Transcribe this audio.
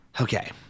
Okay